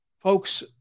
Folks